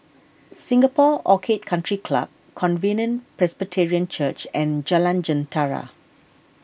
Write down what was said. Singapore Orchid Country Club Covenant Presbyterian Church and Jalan Jentera